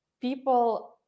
people